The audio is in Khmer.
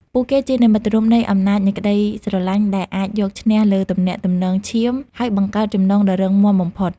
ពួកគេជានិមិត្តរូបនៃអំណាចនៃក្ដីស្រឡាញ់ ដែលអាចយកឈ្នះលើទំនាក់ទំនងឈាម ហើយបង្កើតចំណងដ៏រឹងមាំបំផុត។